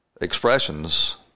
expressions